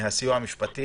הסיוע המשפטי.